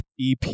ep